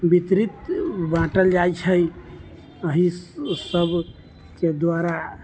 वितरित बाँटल जाइ छै अही सबके दुआरा